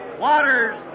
waters